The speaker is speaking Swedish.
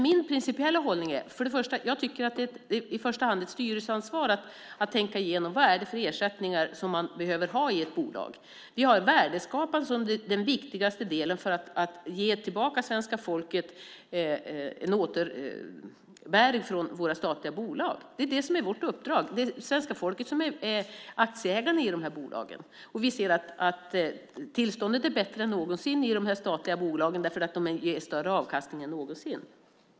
Min principiella hållning är att det i första hand är ett styrelseansvar att tänka igenom vad det är för ersättningar som man behöver ha i ett bolag. Vi har värdeskapande som den viktigaste delen för att ge tillbaka till svenska folket en återbäring från våra statliga bolag. Det är det som är vårt uppdrag. Det är svenska folket som är aktieägarna i de här bolagen. Vi ser att tillståndet är bättre än någonsin i de statliga bolagen, för de ger större avkastning än någonsin.